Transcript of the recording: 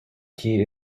key